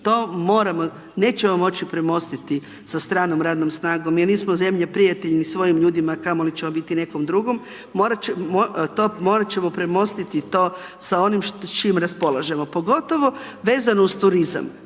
nećemo moći premostiti sa stranom radnom snagom jer nismo zemlje prijatelji ni svojim ljudima a kamoli ćemo biti nekom drugom. Morati ćemo premostiti to sa onim s čim raspolažemo. Pogotovo vezano uz turizam.